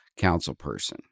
councilperson